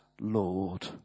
Lord